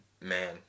man